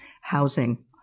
housing